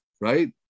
Right